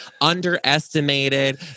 underestimated